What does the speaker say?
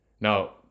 Now